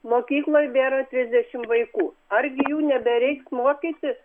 mokykloj bėra trisdešimt vaikų argi jų nebereiks mokyti